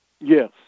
Yes